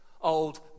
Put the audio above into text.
old